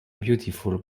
beautiful